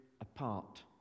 apart